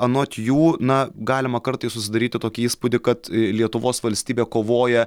anot jų na galima kartais susidaryti tokį įspūdį kad lietuvos valstybė kovoja